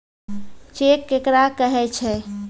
Cheque केकरा कहै छै?